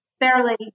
fairly